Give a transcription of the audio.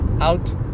out